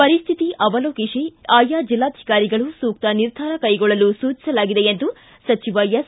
ಪರಿಸ್ಲಿತಿ ಅವಲೋಕಿಸಿ ಆಯಾ ಜಿಲ್ಲಾಧಿಕಾರಿಗಳು ಸೂಕ್ತ ನಿರ್ಧಾರ ಕೈಗೊಳ್ಳಲು ಸೂಚಿಸಲಾಗಿದೆ ಎಂದು ಸಚಿವ ಎಸ್